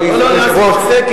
אדוני היושב-ראש,